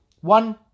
One